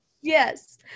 Yes